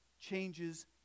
changes